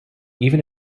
even